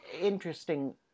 interesting